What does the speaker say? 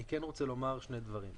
אני כן רוצה לומר שני דברים.